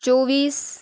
चोवीस